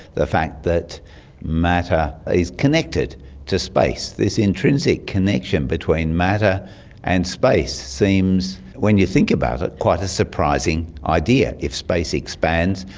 the fact that matter is connected to space. this intrinsic connection between matter and space seems, when you think about it, quite a surprising idea. if space expands,